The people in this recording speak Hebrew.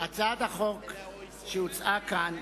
הצעת החוק שהוצעה כאן